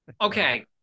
Okay